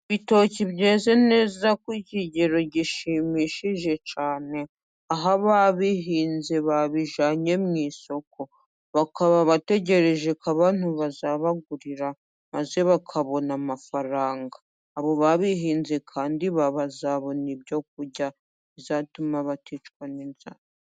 Ibitoki byeze neza ku kigero gishimishije cyane, aho ababihinze babijyananye mu isoko, bakaba bategereje ko abantu bazabagurira maze bakabona amafaranga. Abo ba bihinze kandi bazabona ibyo kurya, bizatuma baticwa n'inzara.